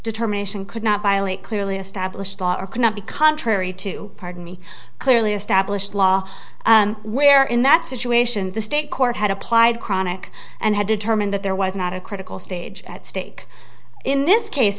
determination could not violate clearly established law or cannot be contrary to pardon me clearly established law where in that situation the state court had applied chronic and had determined that there was not a critical stage at stake in this case